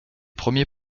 premiers